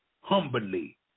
humbly